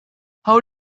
how